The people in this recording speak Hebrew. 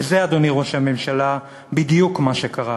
וזה, אדוני ראש הממשלה, בדיוק מה שקרה.